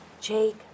Jake